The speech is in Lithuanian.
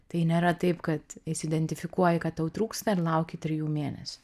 tai nėra taip kad įsiidentifikuoji kad tau trūksta ir lauki trijų mėnesių